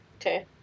Okay